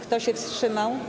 Kto się wstrzymał?